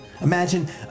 Imagine